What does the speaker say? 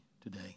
today